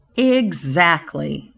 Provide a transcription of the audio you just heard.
exactly,